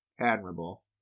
admirable